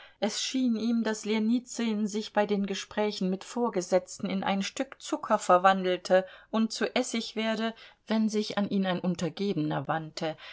es schien ihm daß ljenizyn sich bei den gesprächen mit vorgesetzten in ein stück zucker verwandelte und zu essig werde wenn sich an ihn ein untergebener wandte